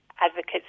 advocates